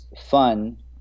fun